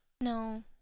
no